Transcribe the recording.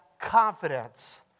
confidence